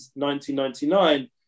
1999